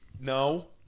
No